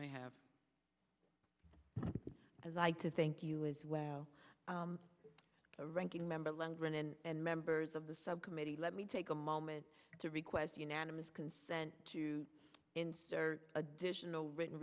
may have as i'd to thank you as well a ranking member lundgren and members of the subcommittee let me take a moment to request unanimous consent to insert additional written